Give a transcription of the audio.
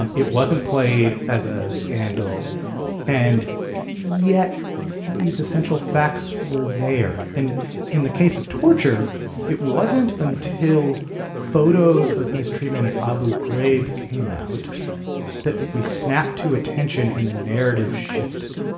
um it wasn't played as a scandal and yet these essential facts were there. and in the case of torture it wasn't until photos of mistreatment at abu ghraib came out that we snapped to attention and the narrative shifted.